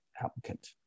applicant